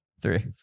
Three